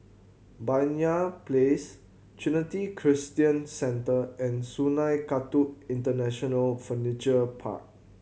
Banyan Place Trinity Christian Centre and Sungei Kadut International Furniture Park